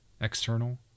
External